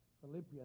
Philippians